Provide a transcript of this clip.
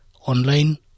Online